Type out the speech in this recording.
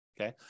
okay